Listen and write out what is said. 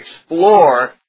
explore